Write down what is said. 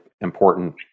important